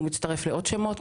הוא מצטרף לעוד שמות,